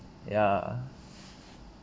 ya